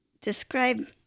Describe